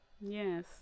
yes